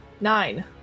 Nine